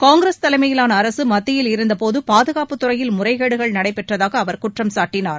காங்கிரஸ் தலைமையிலாள அரசு மத்தியில் இருந்தபோது பாதுகாப்புத் துறையில் முறைகேடுகள் நடைபெற்றதாக அவர் குற்றம்சாட்டினார்